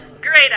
Great